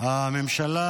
הממשלה